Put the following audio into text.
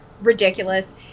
ridiculous